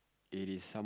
it is some